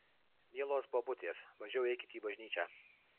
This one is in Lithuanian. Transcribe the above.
mielos bobutės mažiau eikit į bažnyčią